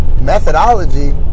methodology